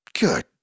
Good